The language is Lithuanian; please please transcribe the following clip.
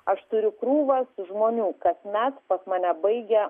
aš turiu krūvas žmonių kasmet pas mane baigia